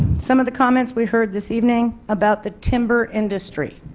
some of the comments we heard this evening about the timber industry.